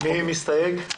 מי מסתייג?